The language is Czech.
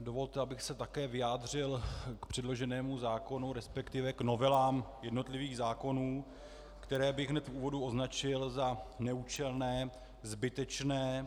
Dovolte, abych se také vyjádřil k předloženému zákonu, resp. k novelám jednotlivých zákonů, které bych hned v úvodu označil za neúčelné, zbytečné.